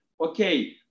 okay